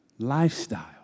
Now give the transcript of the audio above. lifestyle